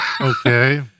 Okay